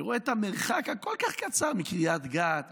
ורואה את המרחק הכל-כך קצר מקריית גת,